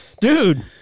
Dude